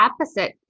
opposite